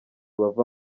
bava